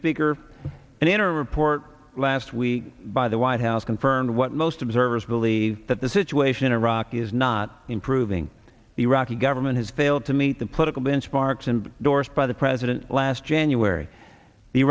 speaker and in a report last week by the white house confirmed what most observers believe that the situation in iraq is not improving the iraqi government has failed to meet the political benchmarks and doors by the president last january the